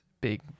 big